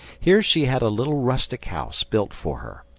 here she had a little rustic house built for her,